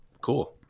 Cool